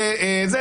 וכולי,